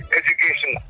education